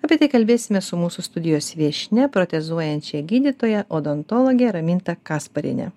apie tai kalbėsime su mūsų studijos viešnia protezuojančia gydytoja odontologe raminta kaspariene